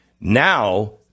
Now